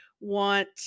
want